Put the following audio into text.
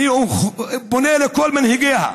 אני פונה לכל מנהיגיה,